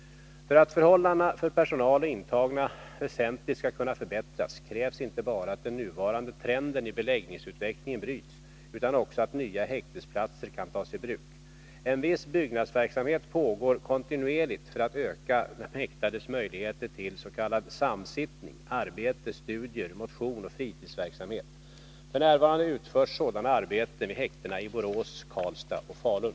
För att förhållandena för personal och intagna väsentligt skall kunna förbättras krävs inte bara att den nuvarande trenden i beläggningsutvecklingen bryts utan också att nya häktesplatser kan tas i bruk. En viss byggnadsverksamhet pågår kontinuerligt för att öka de häktades möjligheter till s.k. samsittning, arbete, studier, motion och fritidsverksamhet. F.n. utförs sådana arbeten vid häktena i Borås, Karlstad och Falun.